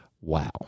Wow